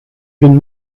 been